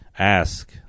ask